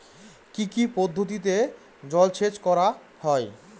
কি কি পদ্ধতিতে জলসেচ করা হয়?